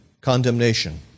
condemnation